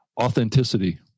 authenticity